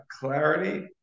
clarity